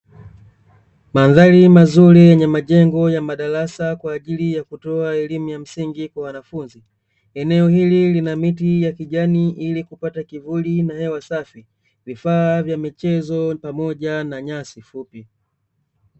Mandhari mazuri yenye majengo ya madarasa kwajili ya kutoa elimu ya msingi kwa wanafunzi. Eneo hili lina miti ya kijani ili kupata kivuli na hewa safi, vifaa vya michezo pamoja na nyasi fupi.